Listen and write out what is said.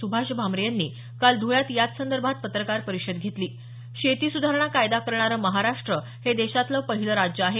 सुभाष भामरे यांनी काल धुळ्यात याच संदर्भात पत्रकार परिषद घेतली शेती सुधारणा कायदा करणारं महाराष्ट्र हे देशातलं पहिलं राज्य आहे